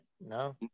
No